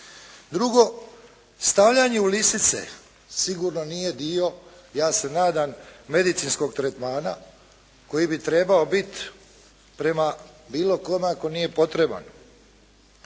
Drugo, stavljanje u lisice, sigurno nije dio ja sam nadam medicinskog tretmana koji bi trebao biti prema bilo kome ako nije potreban.